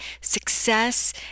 success